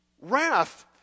Wrath